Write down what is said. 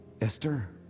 Esther